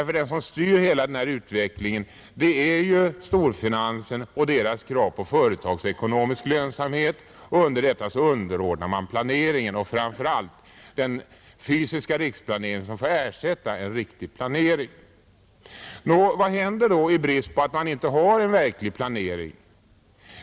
För den som styr hela den utvecklingen är ju storfinansen och dess krav på företagsekonomisk lönsamhet, och under detta underordnar man planeringen och framför allt den fysiska riksplaneringen som får ersätta en riktig planering. Nå, vad händer då i brist på en verklig planering?